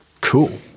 Cool